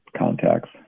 contacts